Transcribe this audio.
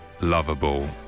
lovable